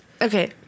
Okay